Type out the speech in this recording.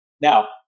Now